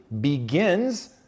begins